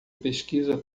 pesquisa